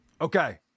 Okay